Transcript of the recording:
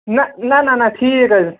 نہ نہ نہ نہ نہ ٹھیٖک حظ